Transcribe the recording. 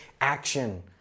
action